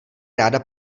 ráda